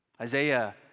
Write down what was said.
Isaiah